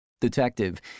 Detective